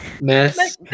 mess